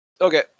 Okay